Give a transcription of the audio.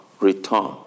return